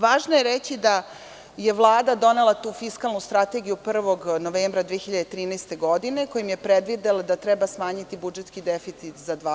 Važno je reći da je Vlada donela tu fiskalnu strategiju 1. novembra 2013. godine, kojim je predvidela da treba smanjiti budžetski deficit za 2%